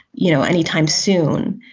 you know, anytime soon,